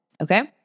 okay